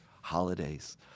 holidays